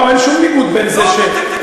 לא, אין שום ניגוד בין זה, אין שום ניגוד.